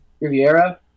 Riviera